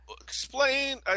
Explain